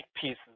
pieces